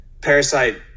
parasite